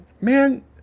man